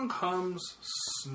comes